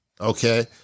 okay